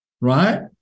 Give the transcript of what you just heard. right